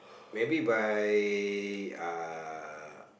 maybe by uh